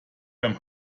beim